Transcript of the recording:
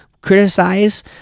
criticize